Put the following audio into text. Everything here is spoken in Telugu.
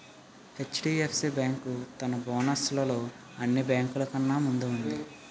హెచ్.డి.ఎఫ్.సి బేంకు తన బోనస్ లలో అన్ని బేంకులు కన్నా ముందు వుంది